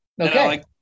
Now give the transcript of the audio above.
Okay